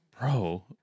bro